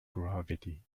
gravity